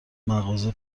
مغازه